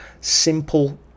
simple